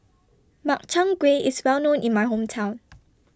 Makchang Gui IS Well known in My Hometown